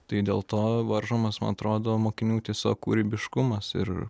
tai dėl to varžomas man atrodo mokinių tiesiog kūrybiškumas ir